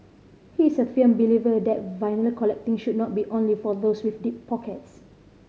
he is a film believer that vinyl collecting should not be only for those with deep pockets